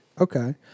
okay